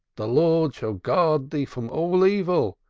the lord shall guard thee from all evil.